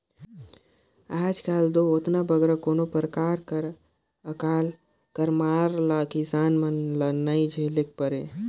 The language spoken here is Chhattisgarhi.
आएज काएल दो ओतना बगरा कोनो परकार कर अकाल कर मार ल किसान मन ल नी झेलेक परे